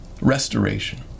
restoration